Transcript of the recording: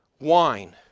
wine